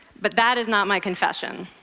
but that is not my confession.